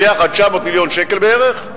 ביחד 900 מיליון שקל בערך,